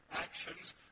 actions